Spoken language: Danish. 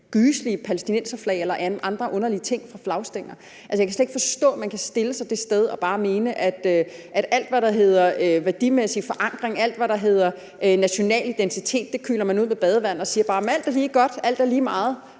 gyselige palæstinenserflag eller andre underlige ting fra flagstænger. Jeg kan slet ikke forstå, at man kan stille sig det sted og bare mene, at alt, hvad det hedder værdimæssig forankring, alt, hvad der hedder national identitet, kyler man ud med badevandet og siger, at alt er lige godt, at alt er lige meget